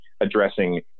addressing